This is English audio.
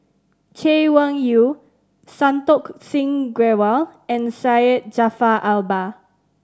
Chay Weng Yew Santokh Singh Grewal and Syed Jaafar Albar